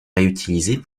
réutilisées